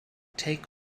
take